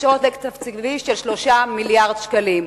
יש עודף תקציבי של 3 מיליארדי שקלים.